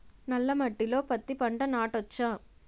నల్ల మట్టిలో పత్తి పంట నాటచ్చా?